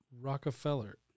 Rockefeller